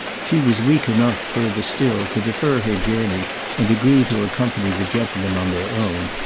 she was weak enough, further still, to defer her journey and agree to accompany the gentlemen on their own,